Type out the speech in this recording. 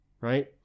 right